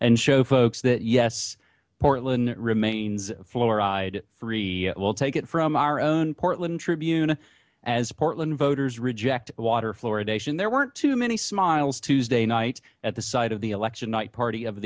and show folks that yes portland remains fluoride free we'll take it from our own portland tribune as portland voters reject water fluoridation there weren't too many smiles tuesday night at the site of the election night party o